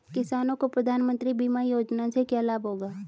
किसानों को प्रधानमंत्री बीमा योजना से क्या लाभ होगा?